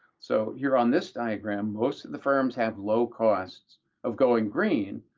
so here on this diagram, most of the firms have low costs of going green.